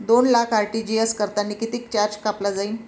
दोन लाख आर.टी.जी.एस करतांनी कितीक चार्ज कापला जाईन?